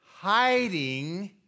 hiding